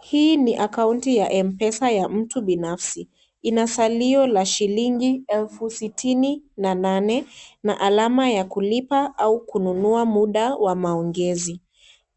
Hii ni akaunti ya Mpesa ya mtu binafsi. Inasaliyo la shilingi 68000 na alama ya kulipa au kununua muda wa maongezi.